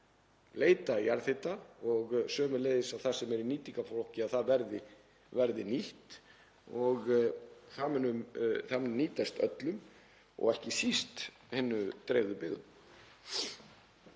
leita að jarðhita og sömuleiðis að það sem er í nýtingarflokki verði nýtt. Það mun nýtast öllum og ekki síst hinum dreifðu byggðum.